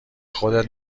خودت